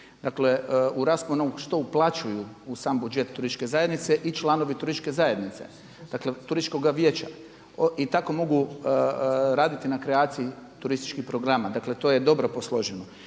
biti u rasponu što uplaćuju u sam budžet turističke zajednice i članovi turističke zajednice dakle turističkoga vijeća i tako mogu raditi na kreaciji turističkih programa, dakle to je dobro posloženo.